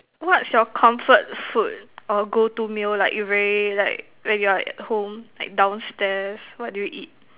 what's your comfort food or go to meal like you very like when you are at home like downstairs what do you eat